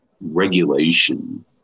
regulation